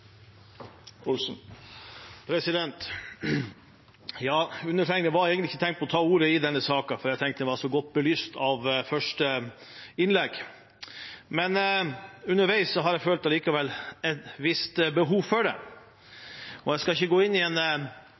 Undertegnede hadde egentlig ikke tenkt å ta ordet i denne saken, for jeg tenkte den var så godt belyst av første innlegg. Men underveis har jeg allikevel følt et visst behov for det. Jeg skal ikke gå inn i en